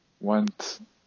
went